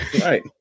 Right